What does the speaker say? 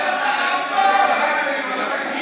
בבקשה.